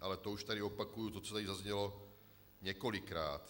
Ale to už tady opakuji to, co tady zaznělo několikrát.